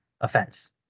offense